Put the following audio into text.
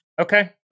okay